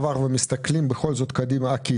אם אנחנו לרגע שוכחים את העבר ומסתכלים בכל זאת קדימה הכיצד,